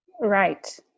Right